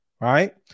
Right